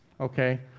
Okay